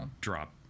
drop